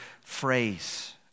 phrase